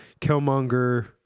Killmonger